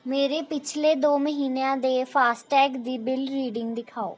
ਮੇਰੇ ਪਿਛਲੇ ਦੋ ਮਹੀਨਿਆਂ ਦੇ ਫਾਸਟੈਗ ਦੀ ਬਿਲ ਰੀਡਿੰਗ ਦਿਖਾਓ